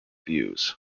views